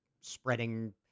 spreading